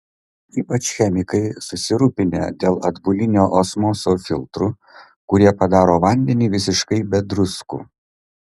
ypač chemikai susirūpinę dėl atbulinio osmoso filtrų kurie padaro vandenį visiškai be druskų